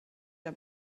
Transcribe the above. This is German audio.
der